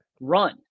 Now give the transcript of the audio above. run